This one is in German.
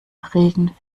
regen